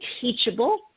teachable